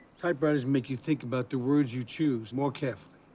typewriters make you think about the words you choose more carefully,